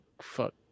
fuck